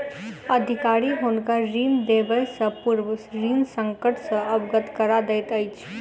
अधिकारी हुनका ऋण देबयसॅ पूर्व ऋण संकट सॅ अवगत करा दैत अछि